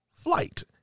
Flight